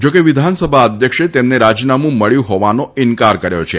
જોકે વિધાનસભાના અધ્યક્ષે તેમને રાજીનામું મળ્યું હોવાનો ઈન્કાર કર્યો છે